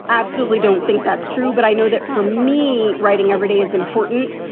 absolutely don't think that's true. but i know that for me, writing everyday is important,